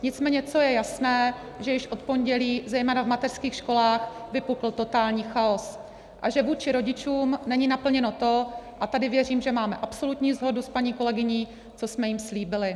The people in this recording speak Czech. Nicméně co je jasné, že již od pondělí zejména v mateřských školách vypukl totální chaos a že vůči rodičům není naplněno to, a tady věřím, že máme absolutní shodu s paní kolegyní, co jsme jim slíbili.